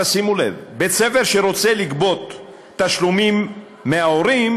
תשימו לב: בית-ספר שרוצה לגבות תשלומים מההורים